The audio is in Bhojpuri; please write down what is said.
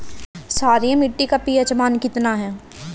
क्षारीय मीट्टी का पी.एच मान कितना ह?